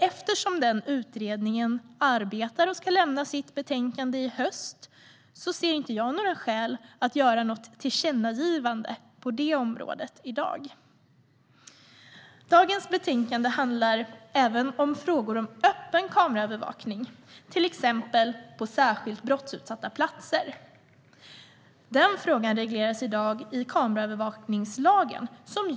Eftersom den utredningen arbetar och ska lämna sitt betänkande i höst ser jag inte några skäl för att göra något tillkännagivande på det området i dag. Det här betänkandet handlar även om öppen kameraövervakning, till exempel på särskilt brottsutsatta platser. Det regleras i dag i kameraövervakningslagen.